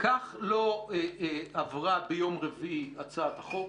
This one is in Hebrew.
כך לא עברה ביום רביעי הצעת החוק.